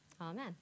Amen